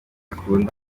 akunda